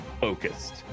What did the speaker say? focused